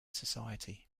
society